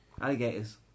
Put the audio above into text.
Alligators